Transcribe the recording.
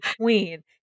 queen